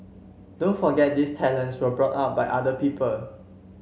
don't forget these talents were brought up by other people